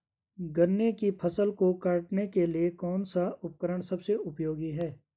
गन्ने की फसल को काटने के लिए कौन सा उपकरण सबसे उपयोगी है?